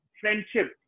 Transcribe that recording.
friendship